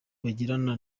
bagirana